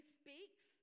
speaks